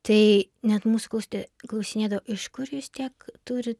tai net mūsų klausti klausinėdavo iš kur jis tiek turit